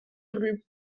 rue